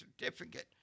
certificate